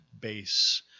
base